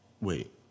wait